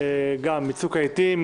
בצוק העתים,